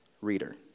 reader